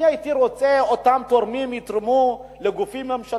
אני הייתי רוצה שאותם תורמים יתרמו לגופים ממשלתיים,